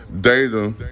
data